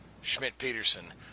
Schmidt-Peterson